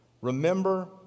remember